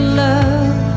love